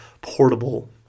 portable